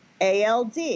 ALD